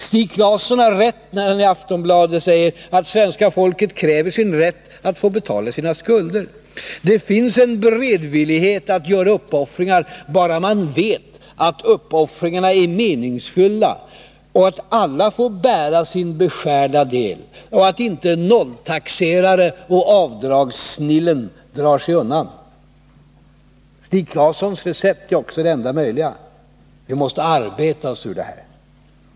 Stig Claesson har rätt när han i Aftonbladet säger att svenska folket kräver sin rätt att få betala sina skulder. Det finns en beredvillighet att göra uppoffringar, bara man vet att uppoffringarna är meningsfyllda och att alla får bära sin beskärda del och att inte nolltaxerare och avdragssnillen drar sig undan. Stig Claessons recept är också det enda möjliga, vi måste arbeta oss ur detta.